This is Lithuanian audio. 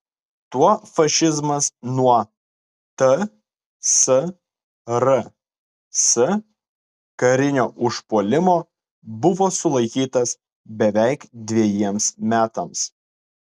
tuo fašizmas nuo tsrs karinio užpuolimo buvo sulaikytas beveik dvejiems metams